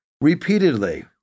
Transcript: repeatedly